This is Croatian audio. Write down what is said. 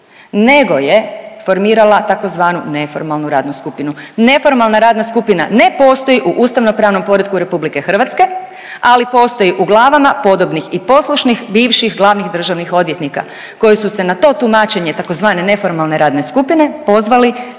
nego je formirala tzv. neformalnu radnu skupinu. Neformalna radna skupina ne postoji u ustavnopravnom poretku RH ali postoji u glavama podobnih i poslušnih bivših glavnih državnih odvjetnika koji su se na to tumačenje tzv. neformalne radne skupine pozvali